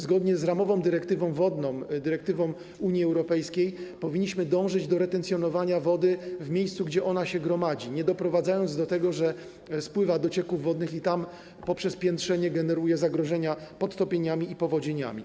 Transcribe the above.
Zgodnie z ramową dyrektywą wodną, dyrektywą Unii Europejskiej, powinniśmy dążyć do retencjonowania wody w miejscu, gdzie ona się gromadzi, nie doprowadzając do tego, że spływa do cieków wodnych i tam poprzez piętrzenie generuje zagrożenia podtopieniami i powodziami.